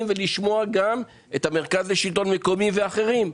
וכדי לשמוע גם את המרכז לשלטון מקומי ואחרים.